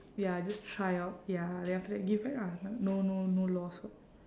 ya just try out ya then after give back ah no no no laws [what]